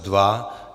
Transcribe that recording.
2.